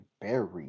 buried